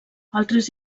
altres